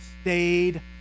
stayed